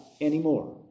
anymore